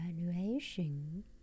evaluation